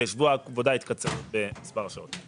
ושבוע העבודה התקצר במספר שעות.